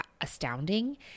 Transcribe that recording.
astounding